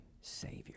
Savior